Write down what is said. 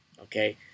Okay